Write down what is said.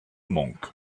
monk